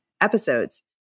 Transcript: episodes